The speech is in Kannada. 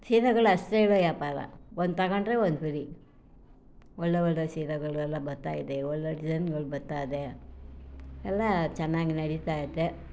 ಸೀರೆಗಳು ಅಷ್ಟೇ ಇವೆ ವ್ಯಾಪಾರ ಒಂದು ತಗೊಂಡರೆ ಒಂದು ಫ್ರೀ ಒಳ್ಳೆಯ ಒಳ್ಳೆಯ ಸೀರೆಗಳು ಎಲ್ಲ ಬರ್ತಾಯಿದೆ ಒಳ್ಳೆಯ ಒಳ್ಳೆಯ ಡಿಝೈನ್ಗಳು ಬರ್ತಾಯಿದೆ ಎಲ್ಲ ಚೆನ್ನಾಗಿ ನಡಿತಾಯಿದೆ